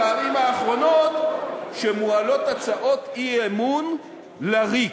אחת הפעמים האחרונות שמועלות הצעות אי-אמון לריק,